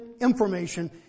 information